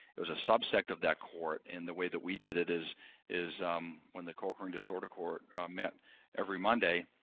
it was a subset of that court. and the way that we did it is is when the co-occurring disorder court met every monday,